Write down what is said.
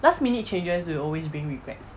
last minute changes will always bring regrets